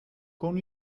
con